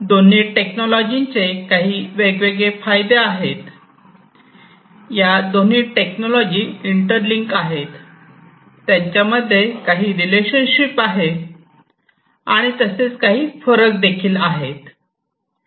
दोन्ही टेक्नॉलॉजी चे काही वेगवेगळे फायदे आहेत दोन्ही टेक्नॉलॉजी इंटरलींक आहेत त्त्यांच्या मध्ये काही रिलेशनशिप आहे आहे तसेच काही फरक देखील आहेत